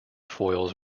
foils